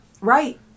Right